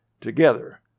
Together